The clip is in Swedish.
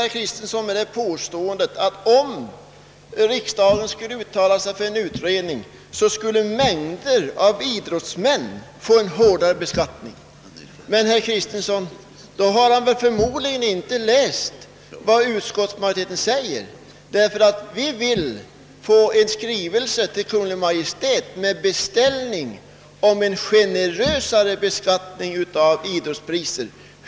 Herr Kristenson kom också med påståendet att om riksdagen skulle uttala sig för en utredning, så skulle mängder av idrottsmän beskattas hårdare. I så fall har herr Kristenson förmodligen inte läst vad utskottsmajoriteten säger; vi vill nämligen att riksdagen skall skriva till Kungl. Maj:t och beställa en utredning i syfte att åstadkomma generösare beskattning av idrottspriser.